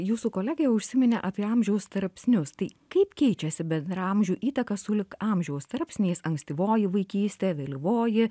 jūsų kolegė užsiminė apie amžiaus tarpsnius tai kaip keičiasi bendraamžių įtaka sulig amžiaus tarpsniais ankstyvoji vaikystė vėlyvoji